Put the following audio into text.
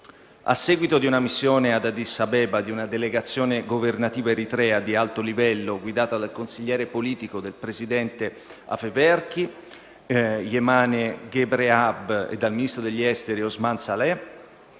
A seguito di una missione ad Addis Abeba di una delegazione governativa eritrea di alto livello guidata dal consigliere politico del presidente Afewerki, Yemane Ghebreab, e dal ministro degli esteri Osman Saleh,